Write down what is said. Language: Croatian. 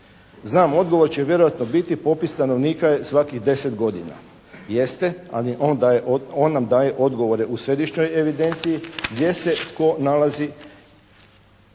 Znam, odgovor će vjerojatno biti, popis stanovnika je svakih 10 godina. Jeste, ali on nam daje odgovore u središnjoj evidenciji gdje se tko nalazi i